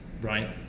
right